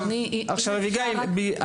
אביגיל,